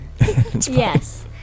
Yes